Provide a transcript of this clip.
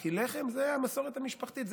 כי לחם זה המסורת המשפחתית.